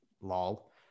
lol